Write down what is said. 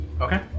Okay